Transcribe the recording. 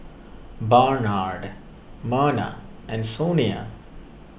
Barnard Merna and Sonia